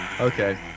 Okay